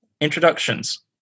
introductions